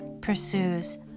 pursues